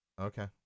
okay